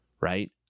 right